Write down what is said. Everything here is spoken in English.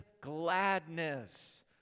gladness